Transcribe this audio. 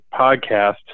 podcast